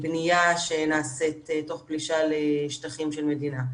בניה שנעשית תוך פלישה לשטחים של המדינה.